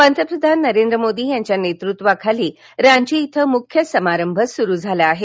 पंतप्रधान नरेंद्र मोदी यांच्या नेतृत्वाखाली रांची इथं मृख्य समारंभ सुरु झाला आहे